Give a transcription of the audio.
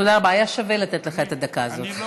תודה רבה, היה שווה לתת לך את הדקה הזאת.